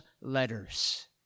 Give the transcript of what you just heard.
Letters